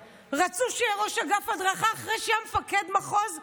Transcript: רצו שיהיה ראש אגף הדרכה אחרי שהיה גם מפקד מחוז שני,